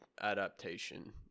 adaptation